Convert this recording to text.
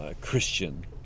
Christian